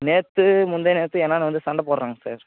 நேற்று முன்தா நேற்று என்னாண்ட வந்து சண்டை போடுறாங்க சார்